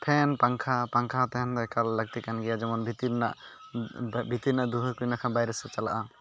fan ᱯᱟᱝᱠᱷᱟ ᱯᱟᱝᱠᱷᱟ ᱛᱟᱦᱮᱱ ᱫᱚ ᱮᱠᱟᱞ ᱞᱟᱹᱠᱛᱤ ᱠᱟᱱ ᱜᱮᱭᱟ ᱡᱮᱢᱚᱱ ᱵᱷᱤᱛᱤᱨ ᱨᱮᱱᱟᱜ ᱵᱷᱤᱛᱤᱨ ᱨᱮᱱᱟᱜ ᱫᱩᱦᱟᱹ ᱠᱚ ᱮᱸᱰᱮᱠᱷᱟᱱ ᱵᱟᱭᱨᱮ ᱥᱮᱫ ᱪᱟᱞᱟᱜᱼᱟ